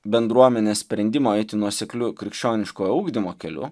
bendruomenės sprendimo eiti nuosekliu krikščioniškojo ugdymo keliu